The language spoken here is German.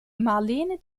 marlene